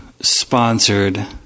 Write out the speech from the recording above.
sponsored